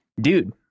dude